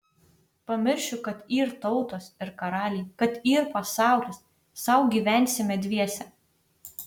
pamiršiu kad yr tautos ir karaliai kad yr pasaulis sau gyvensime dviese